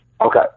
Okay